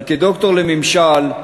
אבל כדוקטור לממשל,